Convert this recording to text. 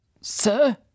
Sir